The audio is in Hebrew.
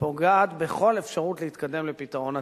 פוגעת בכל אפשרות להתקדם לפתרון עתידי.